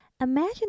imagine